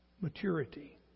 Maturity